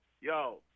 yo